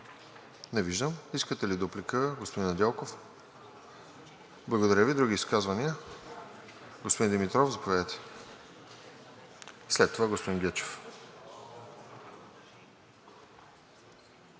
Не виждам. Искате ли дуплика, господин Недялков? Благодаря Ви. Други изказвания? Господин Димитров, заповядайте. След това господин Гечев.